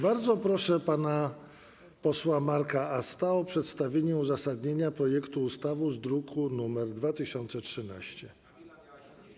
Bardzo proszę pana posła Marka Asta o przedstawienie uzasadnienia projektu ustawy z druku nr 2013.